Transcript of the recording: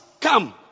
come